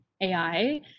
ai